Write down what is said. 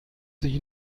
sich